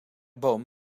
boom